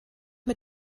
mit